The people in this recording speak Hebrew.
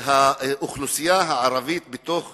האוכלוסייה הערבית בתוך